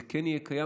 זה כן יהיה קיים,